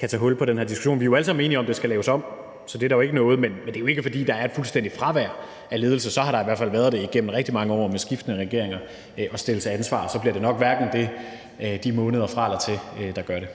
kan tage hul på den her diskussion? Vi er jo alle sammen enige om, at det skal laves om, så det er der jo ikke noget i. Men det er jo ikke, fordi der er et fuldstændigt fravær af ledelse; så har der i hvert fald været det igennem rigtig mange år med skiftende regeringer, der skulle stilles til ansvar. Så det er nok ikke de måneder fra eller til, der gør det.